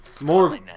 More